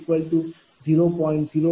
015 p